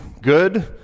good